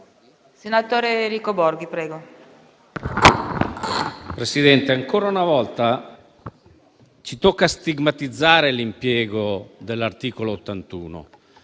Presidente, ancora una volta ci tocca stigmatizzare il ricorso all'articolo 81,